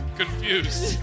confused